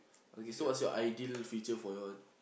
okay so what's your ideal feature for your